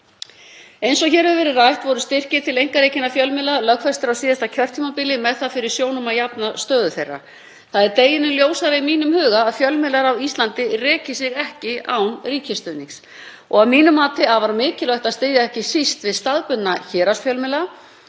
Eins og hér hefur verið rætt voru styrkir til einkarekinna fjölmiðla lögfestir á síðasta kjörtímabili með það fyrir sjónum að jafna stöðu þeirra. Það er deginum ljósara í mínum huga að fjölmiðlar á Íslandi reka sig ekki án ríkisstuðnings og að mínu mati er afar mikilvægt að styðja ekki síst við staðbundna héraðsfjölmiðla